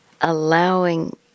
allowing